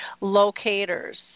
locators